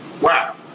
wow